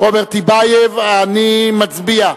אני מצביע.